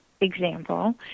example